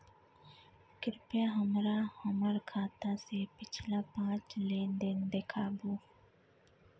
कृपया हमरा हमर खाता से पिछला पांच लेन देन देखाबु